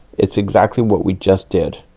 it's exactly what we just did.